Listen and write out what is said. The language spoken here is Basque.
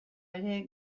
ere